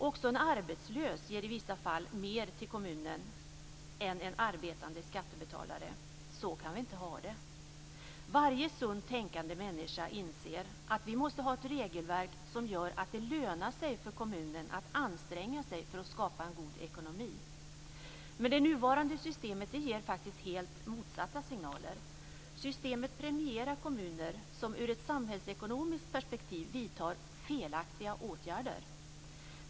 Också en arbetslös ger i vissa fall mer till kommunen än en arbetande skattebetalare. Så kan vi inte ha det. Varje sunt tänkande människa inser att vi måste ha ett regelverk som gör att det lönar sig för kommunen att anstränga sig för att skapa en god ekonomi. Men det nuvarande systemet ger faktiskt helt motsatta signaler. Systemet premierar kommuner som ur ett samhällsekonomiskt perspektiv vidtar felaktiga åtgärder.